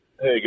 Hey